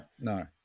No